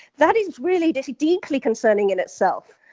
that is really deeply deeply concerning in itself.